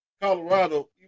Colorado